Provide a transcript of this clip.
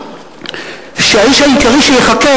שהאיש העיקרי שייחקר,